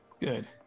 Good